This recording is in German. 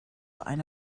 eine